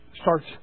starts